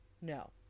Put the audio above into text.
No